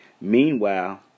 Meanwhile